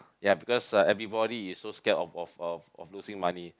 ya because uh everybody is so scared of of of losing money